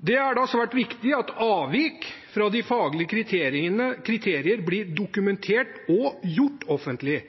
Det er svært viktig at avvik fra de faglige kriteriene blir dokumentert og gjort offentlige.